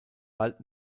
bald